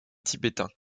tibétains